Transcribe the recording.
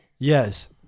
yes